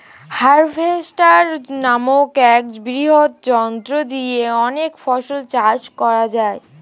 harvester নামক এক বৃহৎ যন্ত্র দিয়ে অনেক ফসল চাষ করা যায়